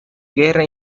guerra